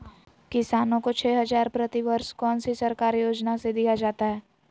किसानों को छे हज़ार प्रति वर्ष कौन सी सरकारी योजना से दिया जाता है?